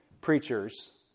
preachers